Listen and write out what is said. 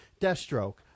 Deathstroke